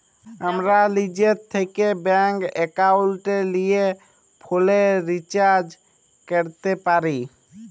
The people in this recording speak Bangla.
আমরা লিজে থ্যাকে ব্যাংক একাউলটে লিয়ে ফোলের রিচাজ ক্যরতে পারি